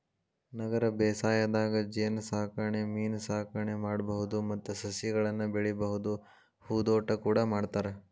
ನಗರ ಬೇಸಾಯದಾಗ ಜೇನಸಾಕಣೆ ಮೇನಸಾಕಣೆ ಮಾಡ್ಬಹುದು ಮತ್ತ ಸಸಿಗಳನ್ನ ಬೆಳಿಬಹುದು ಹೂದೋಟ ಕೂಡ ಮಾಡ್ತಾರ